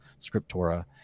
scriptura